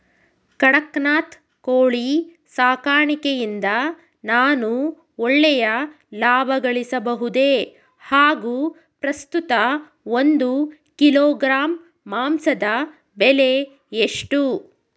ಕಡಕ್ನಾತ್ ಕೋಳಿ ಸಾಕಾಣಿಕೆಯಿಂದ ನಾನು ಒಳ್ಳೆಯ ಲಾಭಗಳಿಸಬಹುದೇ ಹಾಗು ಪ್ರಸ್ತುತ ಒಂದು ಕಿಲೋಗ್ರಾಂ ಮಾಂಸದ ಬೆಲೆ ಎಷ್ಟು?